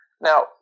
now